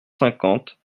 cinquante